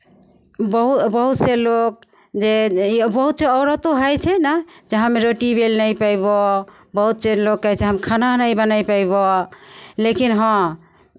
बहुत बहुतसँ लोग जे बहुतसँ औरतो होइ छै ने जे रोटी बेल नहि पयबहु बहुतसँ लोग कहै छै खाना नहि बनाय पयबहु लेकिन हँ